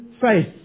faith